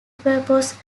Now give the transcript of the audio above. purpose